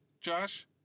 Josh